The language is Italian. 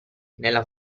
nella